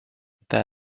there